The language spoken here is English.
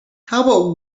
how